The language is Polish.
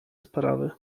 sprawy